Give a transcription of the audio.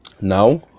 now